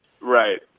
Right